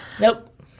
nope